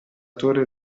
torre